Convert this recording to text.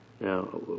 Now